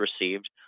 received